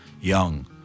young